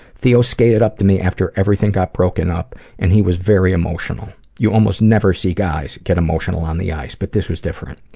theo skated up to me after everything got broken up and he was very emotional. you almost never see guys get emotional on the ice but this was different.